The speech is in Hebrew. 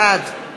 בעד